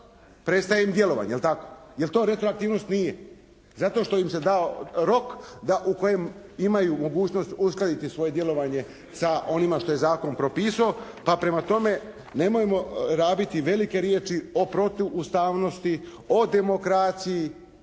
prestaje im djelovanje, jel tako. Jer to retroaktivnost? Nije. Zato što im se dao rok da u kojem imaju mogućnost uskladiti svoje djelovanje sa onima što je zakon propisao. Pa prema tome nemojmo rabiti velike riječi o protuustavnosti, o demokraciji,